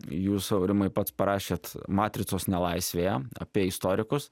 jūs aurimai pats parašėt matricos nelaisvėje apie istorikus